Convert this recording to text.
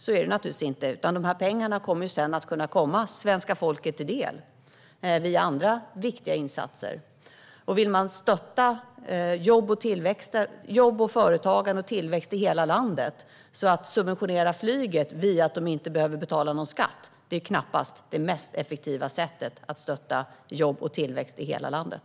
Så är det naturligtvis inte. Pengarna kommer svenska folket till del via andra viktiga insatser. Om man vill stötta jobb, företagande och tillväxt i hela landet är det knappast det effektivaste sättet att subventionera flyget genom att det inte behöver betala skatt. Det är knappast det mest effektiva sättet att stötta jobb och tillväxt i hela landet.